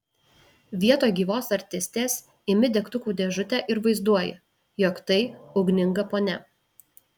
vietoj gyvos artistės imi degtukų dėžutę ir vaizduoji jog tai ugninga ponia